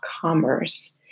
commerce